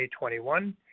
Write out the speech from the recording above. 2021